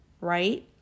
right